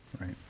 Right